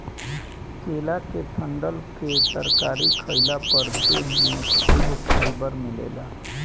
केला के डंठल के तरकारी खइला पर देह में खूब फाइबर मिलेला